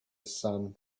sun